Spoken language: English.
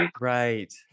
Right